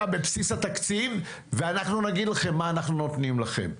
בבסיס התקציב ואנחנו נגיד לכם מה אנחנו נותנים לכם.